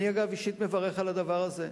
אגב, אני אישית מברך על הדבר הזה.